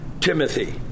Timothy